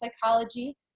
psychology